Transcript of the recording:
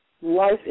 life